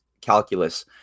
calculus